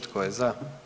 Tko je za?